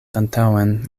antaŭen